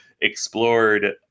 explored